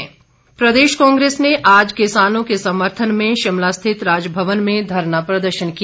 कांग्रेस प्रदेश कांग्रेस ने आज किसानों के समर्थन में शिमला स्थित राजभवन में धरना प्रदर्शन किया